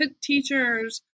teachers